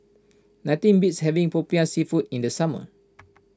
nothing beats having Popiah Seafood in the summer